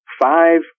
five